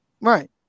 Right